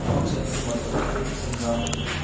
मम क्षेत्रं वर्तते सिद्धापुर इति